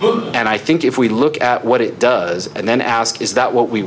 and i think if we look at what it does and then ask is that what we